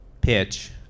pitch